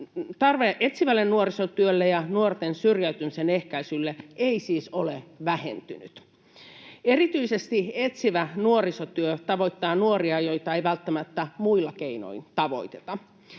Tarve etsivälle nuorisotyölle ja nuorten syrjäytymisen ehkäisylle ei siis ole vähentynyt. Erityisesti etsivä nuorisotyö tavoittaa nuoria, joita ei välttämättä muilla keinoin tavoiteta.